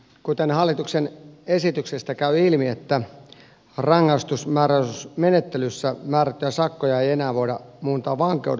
kuten hallituksen esityksestä käy ilmi että rangaistusmääräysmenettelyssä määrättyjä sakkoja ei enää voida muuntaa vankeud